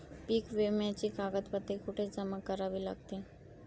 पीक विम्याची कागदपत्रे कुठे जमा करावी लागतील?